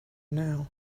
now